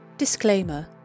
Disclaimer